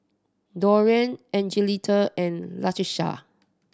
Dorian Angelita and Latisha